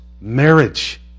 marriage